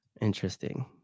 Interesting